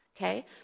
okay